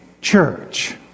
church